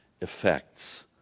effects